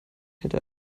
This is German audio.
hätte